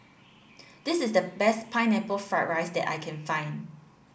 this is the best pineapple fried rice that I can find